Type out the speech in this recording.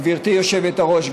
גברתי היושבת-ראש,